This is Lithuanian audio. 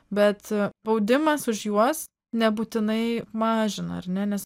bet a baudimas už juos nebūtinai mažina ar ne nes